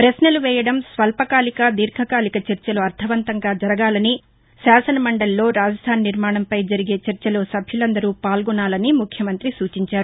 ప్రశ్నలు వేయడం స్వల్పకాలిక దీర్ఘకాలిక చర్చలు అర్దవంతంగా జరగాలని శాసనమండలిలో రాజధాని నిర్మాణంపై జరిగే చర్చలో సభ్యులందరూ పాల్గొనాలని ముఖ్యమంతి సూచించారు